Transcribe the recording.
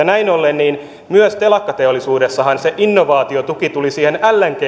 näin ollen myös telakkateollisuudessahan se innovaatiotuki tuli siihen lng